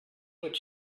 what